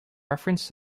reference